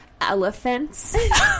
elephants